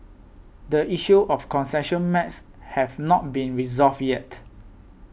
the issue of concession maps have not been resolved yet